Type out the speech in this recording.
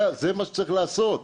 זה מה שצריך לעשות.